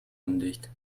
undicht